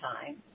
time